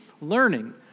learning